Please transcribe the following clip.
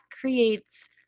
creates –